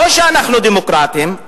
או שאנחנו דמוקרטים,